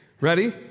Ready